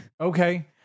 Okay